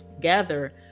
gather